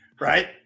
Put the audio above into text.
right